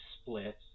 split